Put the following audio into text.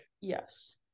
Yes